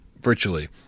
virtually